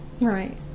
Right